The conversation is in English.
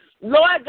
Lord